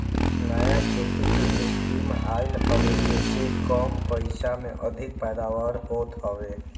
नया खेती के स्कीम आइल हवे जेसे कम पइसा में अधिका पैदावार होत हवे